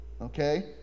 Okay